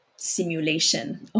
simulation